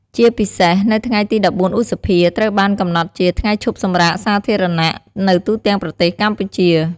ជាពិសេស នៅថ្ងៃទី ១៤ ឧសភា ត្រូវបានកំណត់ជា ថ្ងៃឈប់សម្រាកសាធារណៈនៅទូទាំងប្រទេសកម្ពុជា។